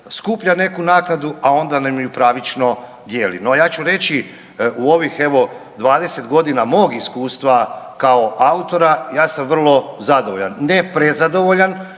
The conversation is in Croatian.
skuplja neku naknadu, a onda nam ju pravično dijeli. No ja ću reći u ovih evo 20.g. mog iskustva kao autora ja sam vrlo zadovoljan, ne prezadovoljan,